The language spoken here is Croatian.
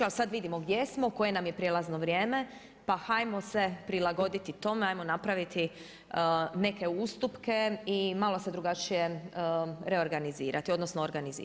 Ali sad vidimo gdje smo, koje nam je prijelazno vrijeme, pa hajmo se prilagoditi tome, ajmo napraviti neke ustupke i malo se drugačije reorganizirati, odnosno organizirati.